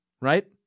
right